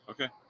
Okay